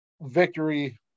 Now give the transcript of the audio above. victory